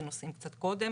ונוסעים קצת קודם